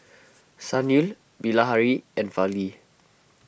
Sunil Bilahari and Fali